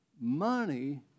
money